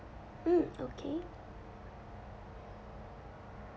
mm okay